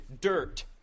dirt